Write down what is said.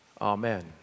Amen